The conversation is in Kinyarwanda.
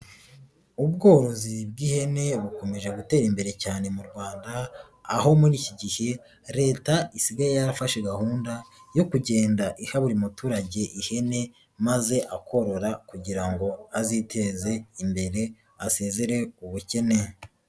Ubworozi bw'ihene bukomeje gutera imbere cyane mu Rwanda aho muri iki gihe Leta isigaye yarafashe gahunda yo kugenda iha buri muturage ihene, maze akorora kugira ngo aziteze imbere asezere ubukene.